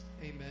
amen